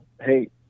hey